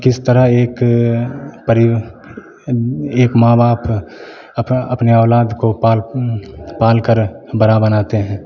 किस तरह एक परी एक माँ बाप अपना अपने औलाद को पाल पाल कर बड़ा बनाते हैं